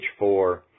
H4